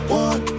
one